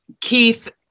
Keith